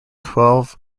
twelve